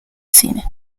cine